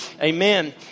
Amen